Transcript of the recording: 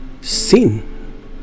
sin